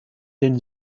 den